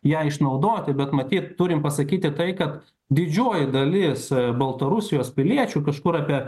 ją išnaudoti bet matyt turim pasakyti tai kad didžioji dalis baltarusijos piliečių kažkur apie